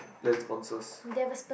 plan sponsors